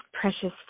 precious